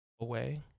away